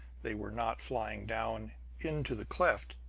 they were not flying down into the cleft,